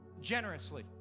generously